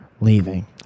leaving